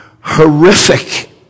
horrific